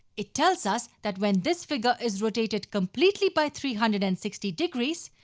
it tells us that when this figure is rotated completely by three hundred and sixty degrees,